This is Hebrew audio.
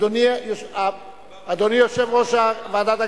אדוני יושב-ראש ועדת הכספים,